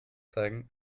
zeigen